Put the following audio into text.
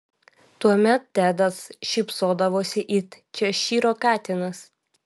tuomet tedas šypsodavosi it češyro katinas